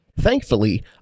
thankfully